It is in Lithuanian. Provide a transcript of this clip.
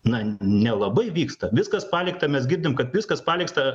na nelabai vyksta viskas palikta mes girdim kad viskas palikta